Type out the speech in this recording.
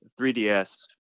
3ds